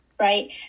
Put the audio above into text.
Right